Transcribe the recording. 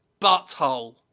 Butthole